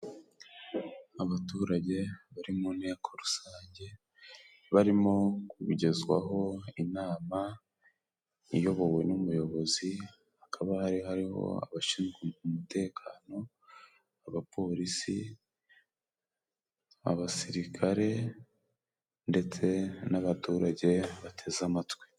Abaturage bari mu nteko rusange barimo kubigezwaho inama iyobowe n'umuyobozi, hakaba hari hariho: abashinzwe umutekano, abapolisi, abasirikare, ndetse n'abaturage bateze amatwi.